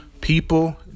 People